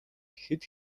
хэд